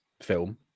film